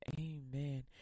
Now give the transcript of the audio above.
amen